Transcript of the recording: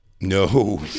No